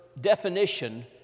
definition